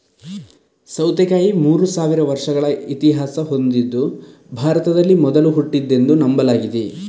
ಸೌತೆಕಾಯಿ ಮೂರು ಸಾವಿರ ವರ್ಷಗಳ ಇತಿಹಾಸ ಹೊಂದಿದ್ದು ಭಾರತದಲ್ಲಿ ಮೊದಲು ಹುಟ್ಟಿದ್ದೆಂದು ನಂಬಲಾಗಿದೆ